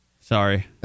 Sorry